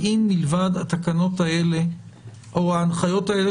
האם מלבד התקנות האלה או ההנחיות האלה